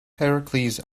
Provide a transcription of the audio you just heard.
heracles